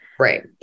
Right